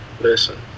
Listen